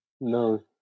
no